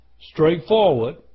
straightforward